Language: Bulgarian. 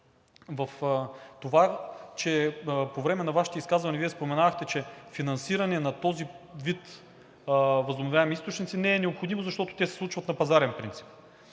– това, че по време на Вашите изказвания Вие споменавахте, че финансиране на този вид възобновяеми източници не е необходимо, защото те се случват на пазарен принцип.